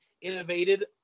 innovated